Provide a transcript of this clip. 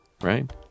Right